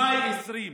במאי 2020,